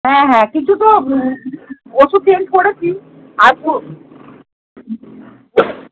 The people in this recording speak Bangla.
হ্যাঁ হ্যাঁ কিছু তো ওষুধ চেঞ্জ করেছি আর পুরো ওষুধ